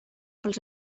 pels